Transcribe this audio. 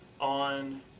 on